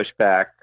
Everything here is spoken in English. pushback